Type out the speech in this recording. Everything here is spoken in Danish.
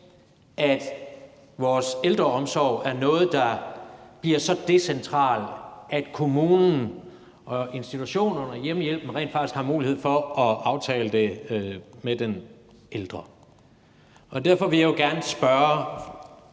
at vores ældreomsorg er noget, der bliver så decentralt, at kommunen, institutionerne og hjemmehjælpen rent faktisk har mulighed for at aftale det med den ældre. Derfor vil jeg gerne spørge,